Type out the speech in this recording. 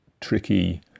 tricky